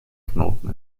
knoten